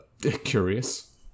curious